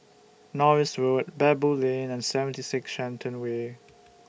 Norris Road Baboo Lane and seventy six Shenton Way